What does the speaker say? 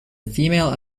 female